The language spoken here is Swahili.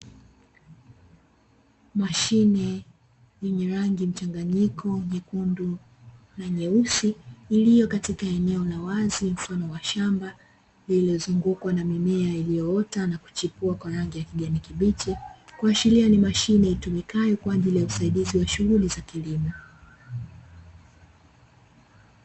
Mashine yenye rangi mchanganyiko nyekundu na nyeusi, iliyo katika eneo la wazi mfano wa shamba lililozungukwa na mimea iliyoota na kuchipua kwa rangi ya kijani kibichi. Kuashiria ni mashine itumikayo kwa ajili ya usaidizi wa shughuli za kilimo.